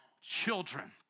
children